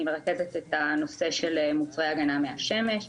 אני מרכזת את הנושא של מוצרי הגנה מהשמש.